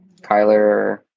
Kyler